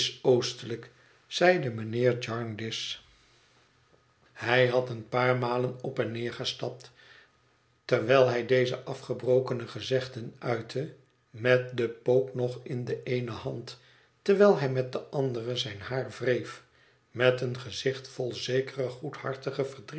zeide mijnheer jarndyce hij had een paar malen op en neer gestapt terwijl hij deze afgebrokene gezegden uitte met den pook nog in de eene hand terwijl hij met de andere zijn haar wreef met een gezicht vol zekere goedhartige